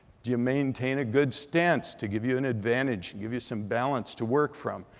do you maintain a good stance to give you an advantage, give you some balance to work from?